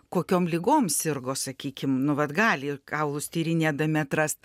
kokiom ligom sirgo sakykim nu vat gali kaulus tyrinėdami atrast